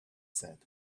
said